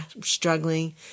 struggling